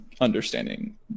understanding